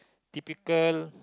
typical